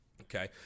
okay